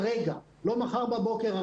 לא מחר בבוקר.